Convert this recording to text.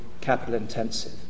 capital-intensive